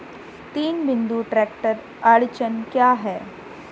तीन बिंदु ट्रैक्टर अड़चन क्या है?